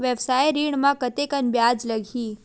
व्यवसाय ऋण म कतेकन ब्याज लगही?